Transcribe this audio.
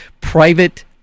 private